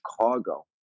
Chicago